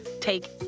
take